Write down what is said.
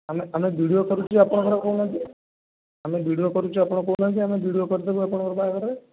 ଆମେ ଆମେ ଭିଡ଼ିଓ କରୁଛୁ ଆପଣଙ୍କର କହୁନାହାନ୍ତି ଆମେ ଭିଡ଼ିଓ କରୁଛୁ ଆପଣ କହୁନାହାନ୍ତି ଆପଣଙ୍କର ଭିଡ଼ିଓ କରିଦେବୁ ଆପଣଙ୍କର ବାହାଘରରେ